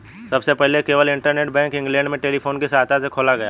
सबसे पहले केवल इंटरनेट बैंक इंग्लैंड में टेलीफोन की सहायता से खोला गया